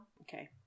Okay